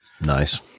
Nice